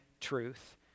truth